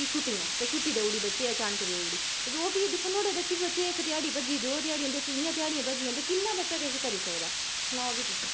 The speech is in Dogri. कि छुट्टियां ते छुट्टी देई उड़ी बच्चे अचानक देई ओड़ी ते ओह् फ्ही दिक्खो नोहाड़े बिच्च बी बच्चे दी इक ध्याड़ी भज्जी गेई दो ध्याड़ियां बिच्च इयां ध्याड़ियां भज्जी जंदिया ते किन्ना बच्चा किश करी सकदा सनाओ फ्ही तुस